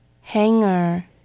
Hanger